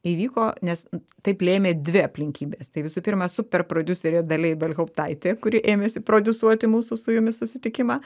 įvyko nes taip lėmė dvi aplinkybės tai visų pirma super prodiuserė dalia ibelhauptaitė kuri ėmėsi prodiusuoti mūsų su jumis susitikimą